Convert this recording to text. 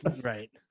right